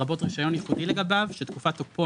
לרבות רישיון ייחודי לגביו שתקופת תוקפו